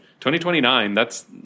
2029—that's